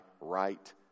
right